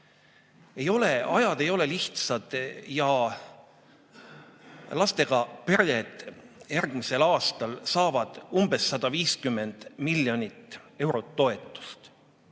Ajad ei ole lihtsad ja lastega pered järgmisel aastal saavad umbes 150 miljonit eurot toetust.